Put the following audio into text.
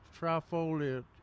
trifoliate